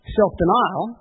self-denial